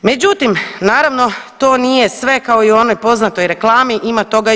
Međutim, naravno, to nije sve, kao i u onoj poznatoj reklami, ima toga još.